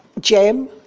gem